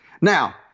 Now